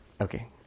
Okay